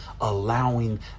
allowing